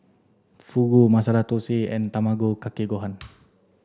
Fugu Masala Dosa and Tamago Kake Gohan